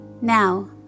Now